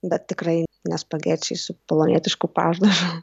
bet tikrai ne spagečiai su bolonietišku padažu